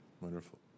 Wonderful